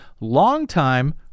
longtime